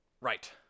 Right